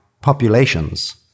populations